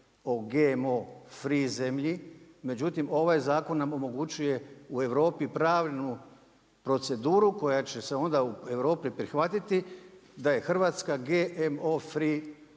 o GMO free zemlji, međutim ovaj zakon nam omogućuje u Europi pravnu proceduru koja će se onda u Europi prihvatiti da je Hrvatska GMO free